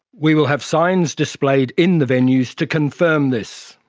we will have signs displayed in the venues to confirm this.